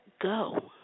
go